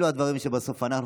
בסוף אלה הדברים שאנחנו,